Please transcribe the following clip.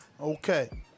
okay